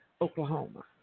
Oklahoma